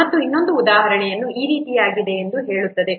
ಮತ್ತು ಇನ್ನೊಂದು ಉದಾಹರಣೆಯು ಈ ರೀತಿಯಾಗಿದೆ ಎಂದು ಹೇಳುತ್ತದೆ